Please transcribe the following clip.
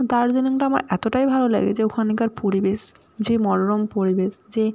দার্জিলিংটা আমার এতোটাই ভালো লাগে যে ওখানকার পরিবেশ যে মনোরম পরিবেশ যে